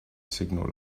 signal